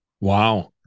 Wow